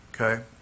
Okay